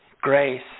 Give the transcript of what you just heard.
grace